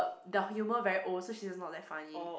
the humour very old so she's not that funny